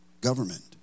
government